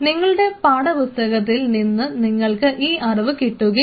നിങ്ങടെ പാഠപുസ്തകത്തിൽ നിന്ന് നിങ്ങൾക്ക് ഈ അറിവ് കിട്ടുകയില്ല